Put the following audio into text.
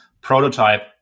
prototype